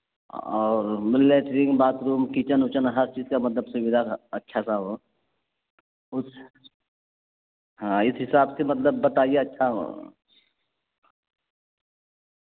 اور latrine bathroom kitchen وچن ہر چیز کا مطلب سویدھا اچھا سا ہو اس ہاں اس حساب سے مطلب بتائیے اچھا ہو